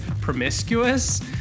promiscuous